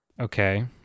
Okay